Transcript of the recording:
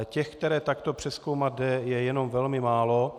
Těch, které takto přezkoumat jde, je jenom velmi málo.